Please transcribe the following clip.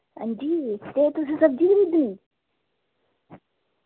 हां जी केह् तुस सब्जी खरीदनी